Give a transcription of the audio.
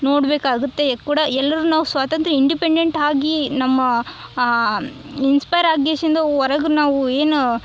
ನೋಡಿ ಬೇಕಾಗುತ್ತೆ ಕೂಡ ಎಲ್ಲರು ನಾವು ಸ್ವಾತ್ಯಂತ್ರ್ಯ ಇಂಡಿಪೆಂಡೆಂಟ್ ಆಗಿ ನಮ್ಮ ಇನ್ಸ್ಪೈರ್ ಆಗಿಶಿಂದು ಹೊರಗೆ ನಾವು ಏನು